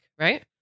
right